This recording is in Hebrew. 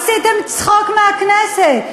עשיתם צחוק מהכנסת.